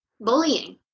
bullying